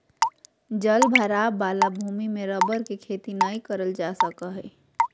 जल भराव वाला भूमि में रबर के खेती नय करल जा सका हइ